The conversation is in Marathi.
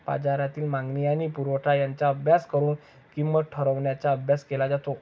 बाजारातील मागणी आणि पुरवठा यांचा अभ्यास करून किंमत ठरवण्याचा अभ्यास केला जातो